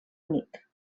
únic